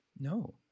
No